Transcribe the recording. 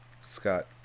Scott